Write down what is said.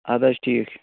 اَدٕ حظ ٹھیٖکھ چھُ